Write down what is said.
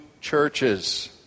churches